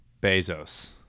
Bezos